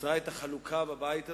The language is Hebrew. יצרה את החלוקה בבית הזה,